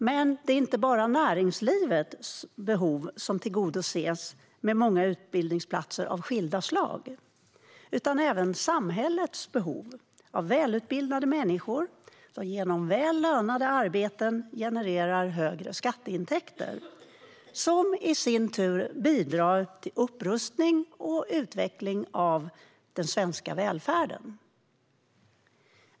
Men det är inte bara näringslivets behov som tillgodoses med många utbildningsplatser av skilda slag, utan även samhällets behov av välutbildade människor som genom väl lönade arbeten genererar högre skatteintäkter, som i sin tur bidrar till upprustning och utveckling av den svenska välfärden.